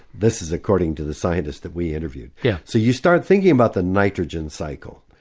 this is according to the scientist that we interviewed. yeah so you start thinking about the nitrogen cycle,